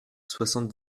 soixante